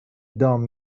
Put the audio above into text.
دام